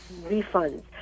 refunds